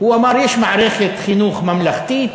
הוא אמר: יש מערכת חינוך ממלכתית,